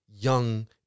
young